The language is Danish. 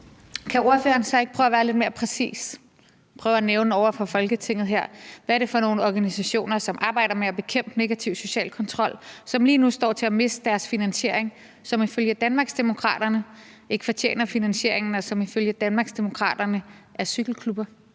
Kan ordføreren så ikke prøve at være lidt mere præcis og prøve at nævne over for Folketinget her, hvad det er for nogle organisationer, som arbejder med at bekæmpe negativ social kontrol, og som lige nu står til at miste deres finansiering, der ifølge Danmarksdemokraterne ikke fortjener finansieringen og ifølge Danmarksdemokraterne er cykelklubber?